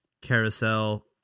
carousel